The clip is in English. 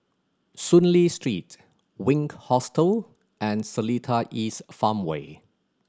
Soon Lee Street Wink Hostel and Seletar East Farmway